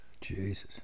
Jesus